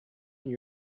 when